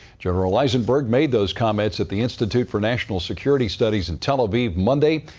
general eisenberg made those comments at the institute for national security studies in tel aviv monday.